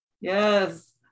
Yes